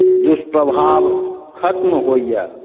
दुष्प्रभाव खत्म होइए